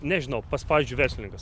nežinau pas pavyzdžiui verslininkus